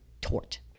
tort